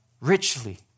richly